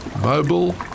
Mobile